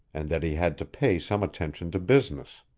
and that he had to pay some attention to business.